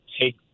take